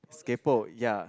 kaypo ya